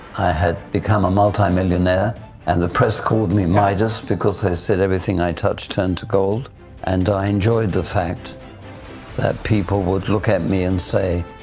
had become a multimillionaire and the press called me midas because they said everything i touched turned to gold and i enjoyed the fact that people would look at me and say,